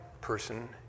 person